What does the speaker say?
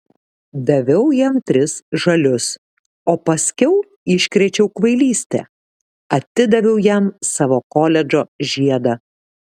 daviau jam tris žalius o paskiau iškrėčiau kvailystę atidaviau jam savo koledžo žiedą